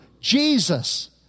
Jesus